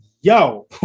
yo